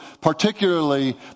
particularly